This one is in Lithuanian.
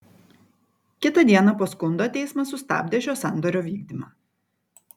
kitą dieną po skundo teismas sustabdė šio sandorio vykdymą